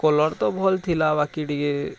colour ତ ଭଲ୍ ଥିଲା ବାକି ଟିକେ